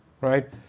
right